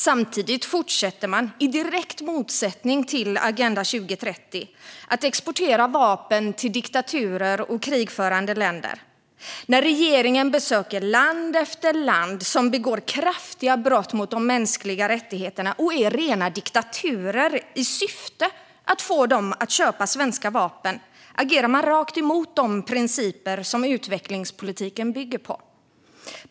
Samtidigt fortsätter man, i direkt motsättning till Agenda 2030, att exportera vapen till diktaturer och krigförande länder. När regeringen besöker land efter land som begår kraftiga brott mot de mänskliga rättigheterna och är rena diktaturer i syfte att få dem att köpa svenska vapen agerar man rakt emot de principer som utvecklingspolitiken bygger på.